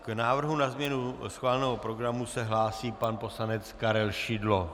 K návrhu na změnu schváleného programu se hlásí pan poslanec Karel Šidlo.